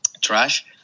trash